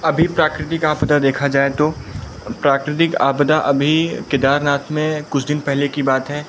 अभी प्राकृतिक आपदा देखा जाए तो प्राकृतिक आपदा अभी केदारनाथ में कुछ दिन पहले की बात है